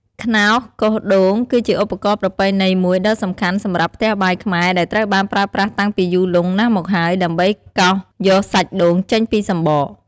ខ្នោសកោសដូង គឺជាឧបករណ៍ប្រពៃណីមួយដ៏សំខាន់សម្រាប់ផ្ទះបាយខ្មែរ ដែលត្រូវបានប្រើប្រាស់តាំងពីយូរលង់ណាស់មកហើយ ដើម្បីកោសយកសាច់ដូងចេញពីសម្បក។